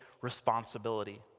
responsibility